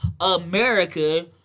America